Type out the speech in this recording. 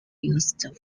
used